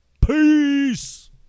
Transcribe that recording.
Peace